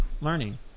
learning